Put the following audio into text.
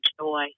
joy